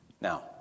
Now